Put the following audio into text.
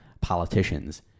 politicians